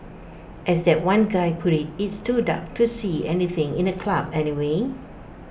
as that one guy put IT it's too dark to see anything in A club anyway